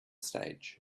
stage